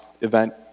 event